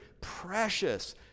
precious